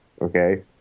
okay